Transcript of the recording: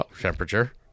temperature